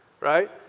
right